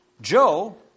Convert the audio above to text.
Joe